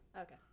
Okay